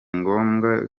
ngombwa